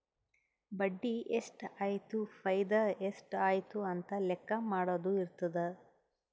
ಬಡ್ಡಿ ಎಷ್ಟ್ ಆಯ್ತು ಫೈದಾ ಎಷ್ಟ್ ಆಯ್ತು ಅಂತ ಲೆಕ್ಕಾ ಮಾಡದು ಇರ್ತುದ್